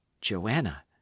Joanna